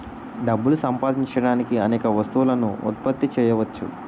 డబ్బులు సంపాదించడానికి అనేక వస్తువులను ఉత్పత్తి చేయవచ్చు